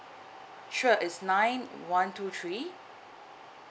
sure it's nine one two three